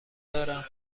دارم